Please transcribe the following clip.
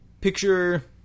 Picture